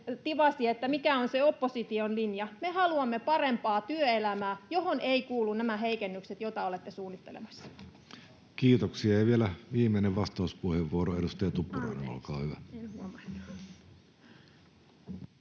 mikä on se opposition linja. Me haluamme parempaa työelämää, johon eivät kuulu nämä heikennykset, joita olette suunnittelemassa. Kiitoksia. — Ja vielä viimeinen vastauspuheenvuoro, edustaja Tuppurainen, olkaa hyvä.